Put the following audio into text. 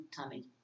tummy